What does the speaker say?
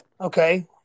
Okay